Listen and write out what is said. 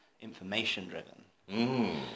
information-driven